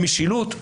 משילות,